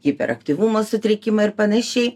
hiperaktyvumo sutrikimą ir panašiai